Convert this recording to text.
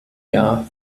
jahr